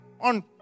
on